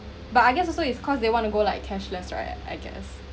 but I guess also because they want to go like cashless right I guess